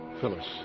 Phyllis